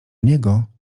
niego